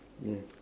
ya